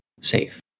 safe